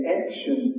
action